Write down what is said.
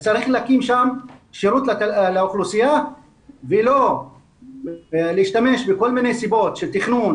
צריך להקים שם שירות לאוכלוסייה ולא להשתמש בכל מיני סיבות של תכנון,